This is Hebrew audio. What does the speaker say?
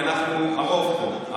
כי אנחנו הרוב פה,